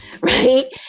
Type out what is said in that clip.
right